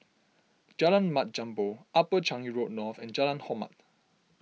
Jalan Mat Jambol Upper Changi Road North and Jalan Hormat